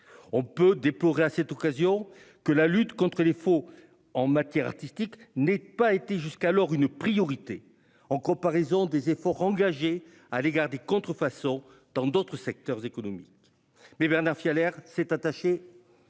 On peut déplorer à cette occasion que la lutte contre les faux en matière artistique n'ait pas été jusqu'alors une priorité, en comparaison des efforts engagés à l'égard des contrefaçons dans d'autres secteurs économiques. Bernard Fialaire s'est attaché